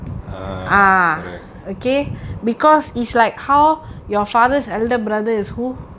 ah correct